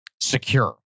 secure